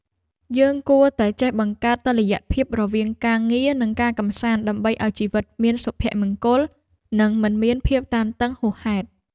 យើងគួរតែចេះបង្កើតតុល្យភាពរវាងការងារ និងការកម្សាន្តដើម្បីឱ្យជីវិតមានសុភមង្គល និងមិនមានភាពតានតឹងហួសហេតុ។